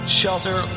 shelter